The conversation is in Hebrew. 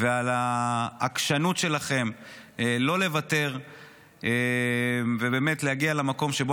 ועל העקשנות שלכם לא לוותר ובאמת להגיע למקום שבו